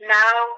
now